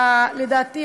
לדעתי,